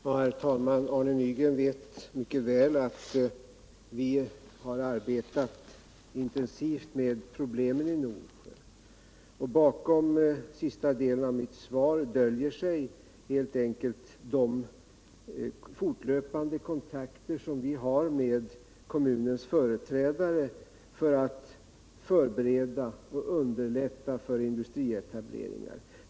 Herr talman! Arne Nygren vet mycket väl att vi arbetat intensivt med problemen i Norsjö. Bakom sista delen av mitt svar döljer sig helt enkelt de fortlöpande kontakter vi har med kommunens företrädare för att förbereda och underlätta för industrietableringar.